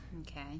Okay